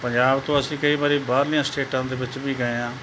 ਪੰਜਾਬ ਤੋਂ ਅਸੀਂ ਕਈ ਵਾਰੀ ਬਾਹਰਲੀਆਂ ਸਟੇਟਾਂ ਦੇ ਵਿੱਚ ਵੀ ਗਏ ਹਾਂ